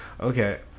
okay